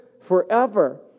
forever